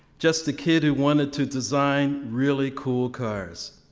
just a kid who wanted to design really cool cars.